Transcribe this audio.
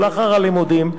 או לאחר הלימודים,